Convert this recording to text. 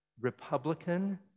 Republican